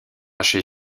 chez